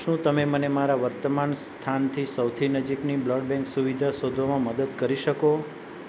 શું તમે મને મારા વર્તમાન સ્થાનથી સૌથી નજીકની બ્લડ બેંક સુવિધા શોધવામાં મદદ કરી શકો